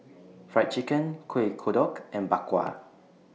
Fried Chicken Kueh Kodok and Bak Kwa